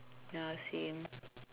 ya same